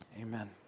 Amen